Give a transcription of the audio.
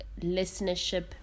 listenership